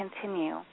continue